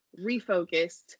refocused